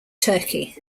turkey